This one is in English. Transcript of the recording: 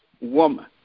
woman